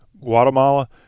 Guatemala